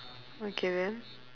okay then